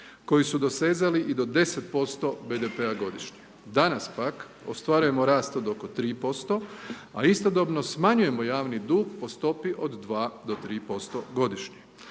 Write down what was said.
koji su dosezali i do 10% BDP-a godišnje. Danas pak, ostvarujemo rast od oko 3%, a istodobno smanjujemo javni dug po stopi od 2 do 3% godišnje.